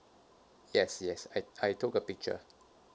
yes yes I I took a picture